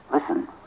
Listen